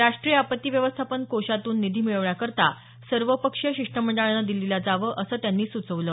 राष्ट्रीय आपत्तीव्यवस्थापन कोषातून निधी मिळवण्याकरता सर्वपक्षीय शिष्टमंडळानं दिल्लीला जावं असं त्यांनी सुचवलं